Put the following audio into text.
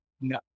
no